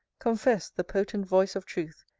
confess'd the potent voice of truth,